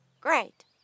great